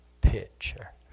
picture